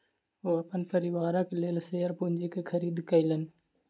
ओ अपन परिवारक लेल शेयर पूंजी के खरीद केलैन